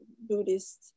Buddhist